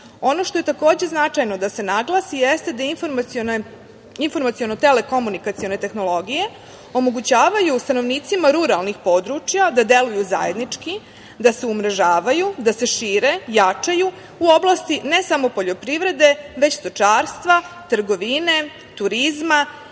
Ono što je takođe značajno da se naglasi jeste da informaciono-telekomunikacione tehnologije omogućavaju stanovnicima ruralnih područja da deluju zajednički, da se umrežavaju, da se šire, jačaju u oblasti ne samo poljoprivrede, već stočarstva, trgovine, turizma